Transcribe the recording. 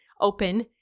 open